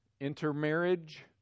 Intermarriage